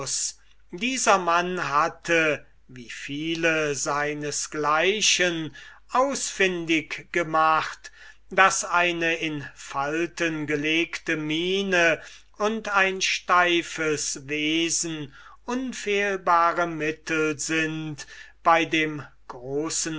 dieser mann hatte wie viele seines gleichen ausfindig gemacht daß eine in falten gelegte miene und ein steifes wesen unfehlbare mittel sind bei dem großen